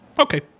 Okay